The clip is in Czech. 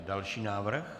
Další návrh.